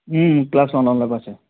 class ওৱানলৈ পাইছে